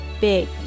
big